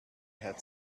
had